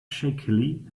shakily